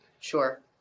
Sure